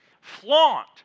flaunt